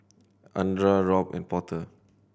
Andra Robt and Porter